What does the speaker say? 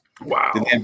Wow